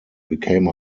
became